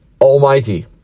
Almighty